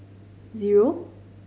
zero